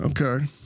okay